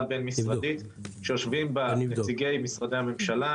בין-משרדית שיושבים בה נציגי משרדי הממשלה,